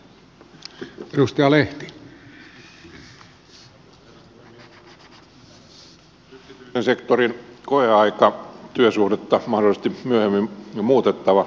yksityisen sektorin koeaikatyösuhdetta on mahdollisesti myöhemmin muutettava